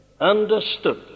understood